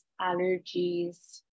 allergies